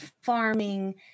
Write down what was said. farming